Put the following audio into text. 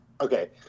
Okay